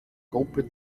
gruppe